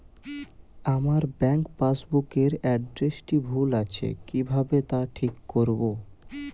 আমার bank passbook এর এড্রেসটি ভুল আছে কিভাবে তা ঠিক করবো?